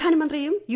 പ്രധാനമന്ത്രിയും യു